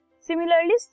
Similarly